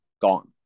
gone